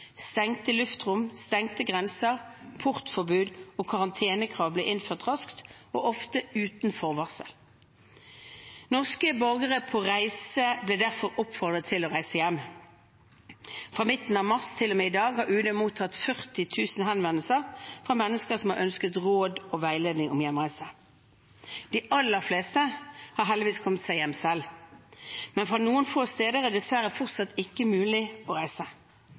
Stengte luftrom, stengte grenser, portforbud og karantenekrav ble innført raskt og ofte uten forvarsel. Norske borgere på reise ble derfor oppfordret til å reise hjem. Fra midten av mars og til i dag har UD mottatt rundt 40 000 henvendelser fra mennesker som har ønsket råd og veiledning om hjemreise. De aller fleste har heldigvis kommet seg hjem selv. Men fra noen få steder er det dessverre fortsatt ikke mulig å reise.